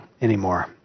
anymore